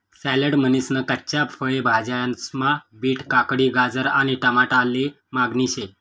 salad म्हनीसन कच्च्या फय भाज्यास्मा बीट, काकडी, गाजर आणि टमाटाले मागणी शे